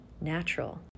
natural